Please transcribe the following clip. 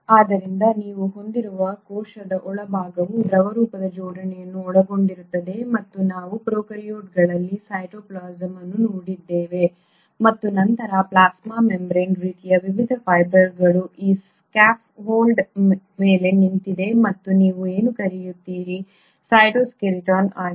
ಆದ್ದರಿಂದ ನೀವು ಹೊಂದಿರುವ ಕೋಶದ ಒಳಭಾಗವು ದ್ರವರೂಪದ ಜೋಡಣೆಯನ್ನು ಒಳಗೊಂಡಿರುತ್ತದೆ ಮತ್ತು ನಾವು ಪ್ರೊಕಾರ್ಯೋಟ್ಗಳಲ್ಲಿ ಸೈಟೋಪ್ಲಾಸಂ ಅನ್ನು ನೋಡಿದ್ದೇವೆ ಮತ್ತು ನಂತರ ಪ್ಲಾಸ್ಮಾ ಮೆಂಬರೇನ್ ರೀತಿಯ ವಿವಿಧ ಫೈಬರ್ಗಳ ಈ ಸ್ಕ್ಯಾಫೋಲ್ಡ್ನ ಮೇಲೆ ನಿಂತಿದೆ ಮತ್ತು ನೀವು ಏನು ಕರೆಯುತ್ತೀರಿ ಸೈಟೋಸ್ಕೆಲಿಟನ್ ಆಗಿ